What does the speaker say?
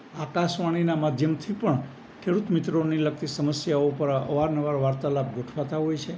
આકાશવાણીના માધ્યમથી પણ ખેડૂત મિત્રોને લગતી સમસ્યાઓ પર અવારનવાર વાર્તાલાપ ગોઠવાતા હોય છે